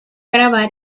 grabar